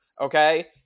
Okay